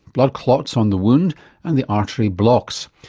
blood clots on the wound and the artery blocks.